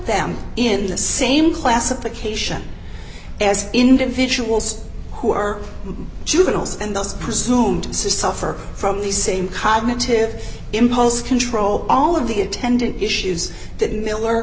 them in the same classification as individuals who are juveniles and those presumed says suffer from the same cognitive impulse control all of the attendant issues that miller